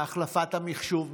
החלפת המחשוב,